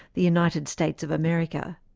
the united states of america.